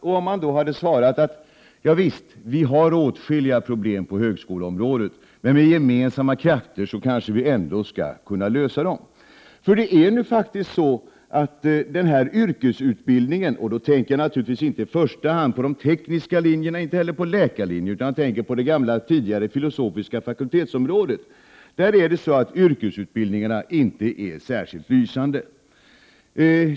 Han kunde då ha svarat: Ja, visst har vi åtskilliga problem på högskoleområdet, men med gemensamma krafter kanske vi ändå skall kunna lösa dem. Dessa yrkesutbildningar — jag tänker då naturligtvis inte i första hand på de tekniska linjerna och inte heller på läkarlinjen, utan på det tidigare filosofiska fakultetsområdet — är inte särskilt lysande.